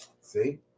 See